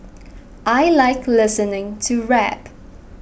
I like listening to rap